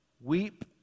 Weep